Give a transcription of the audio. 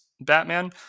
Batman